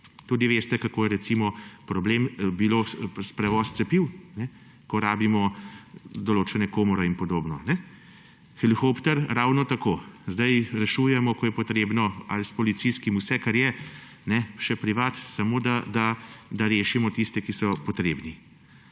Tudi veste, kako je, recimo, bil problem s prevozom cepiv, ko rabimo določene komore in podobno. Helikopter ravno tako. Zdaj rešujemo, ko je potrebno, s policijskim vse, kar je, še privat, samo da rešimo tiste, ki so pomoči